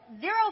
zero